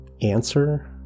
Answer